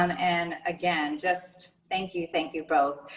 and again, just thank you, thank you both.